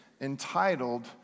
entitled